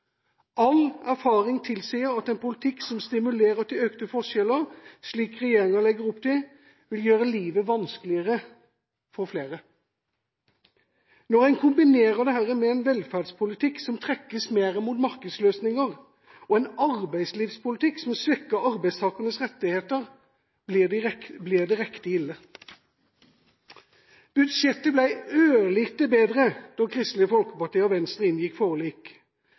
All erfaring tilsier at en politikk som stimulerer til økte forskjeller, slik regjeringa legger opp til, vil gjøre livet vanskeligere for flere. Når en kombinerer dette med en velferdspolitikk som trekkes mer mot markedsløsninger, og en arbeidslivspolitikk som svekker arbeidstakernes rettigheter, blir det riktig ille. Budsjettet ble ørlite bedre da Kristelig Folkeparti og Venstre inngikk forlik.